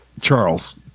Charles